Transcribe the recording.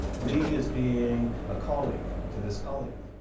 li is being a colleague to this colleague.